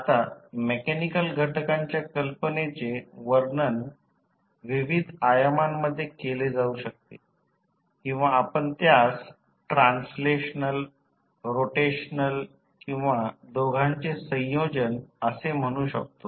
आता मेकॅनिकल घटकांच्या कल्पनेचे वर्णन विविध आयामांमध्ये केले जाऊ शकते किंवा आपण त्यास ट्रान्सलेशनल रोटेशनल किंवा दोघांचे संयोजन असे म्हणू शकतो